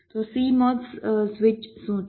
તો CMOS switch શું છે